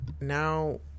now